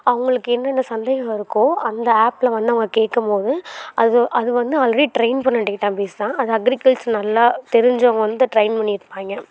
அவங்களுக்கு என்னென்ன சந்தேகம் இருக்கோ அந்த ஆப்பில் வந்து அவங்க கேட்கும்போது அது அது வந்து ஆல்ரெடி ட்ரெயின் பண்ண டேட்டாபேஸ் தான் அது அக்ரிகல்ச்சர் நல்லா தெரிஞ்சவங்க வந்து ட்ரெயின் பண்ணி இருப்பாங்க